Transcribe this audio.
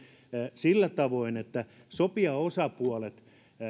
sillä tavoin että sopijaosapuolet